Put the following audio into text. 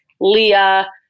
leah